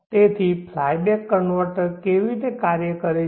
તેથી flyback converter તે રીતે કાર્ય કરે છે